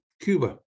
cuba